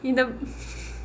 in the